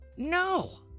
No